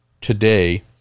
today